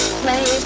play